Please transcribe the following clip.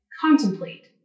contemplate